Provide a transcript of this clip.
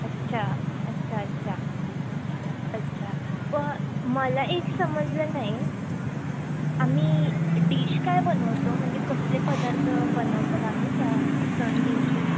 अच्छा अच्छा अच्छा अच्छा पण मला एक समजलं नाही आम्ही डिश काय बनवतो म्हणजे कसले पदार्थ बनवतात आम्ही त्या सणाच्या दिवशी